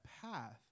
path